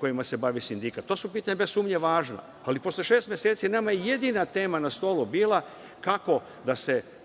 kojima se bavi sindikat. To su pitanja, bez sumnje, važna, ali posle šest meseci nama je jedina tema na stolu bila kako da se